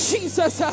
Jesus